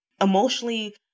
emotionally